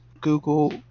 google